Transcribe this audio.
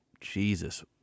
Jesus